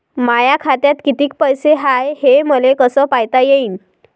माया खात्यात कितीक पैसे हाय, हे मले कस पायता येईन?